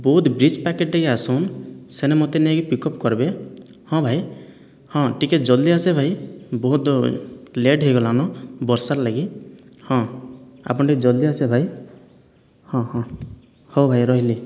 ବୌଦ୍ଧ bridge ପାଖକୁ ଟିକିଏ ଆସନ୍ତୁ ସେଣେ ମୋତେ ନେଇକି ପିକ୍ ଅପ୍ କରିବେ ହଁ ଭାଇ ହଁ ଟିକିଏ ଜଲ୍ଦି ଆସିବେ ଭାଇ ବହୁତ ଲେଟ୍ ହୋଇଗଲାଣି ବର୍ଷାର ଲାଗି ହଁ ଆପଣ ଟିକିଏ ଜଲ୍ଦି ଆସିବେ ଭାଇ ହଁ ହଁ ହେଉ ଭାଇ ରହିଲି